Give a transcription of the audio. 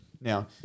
Now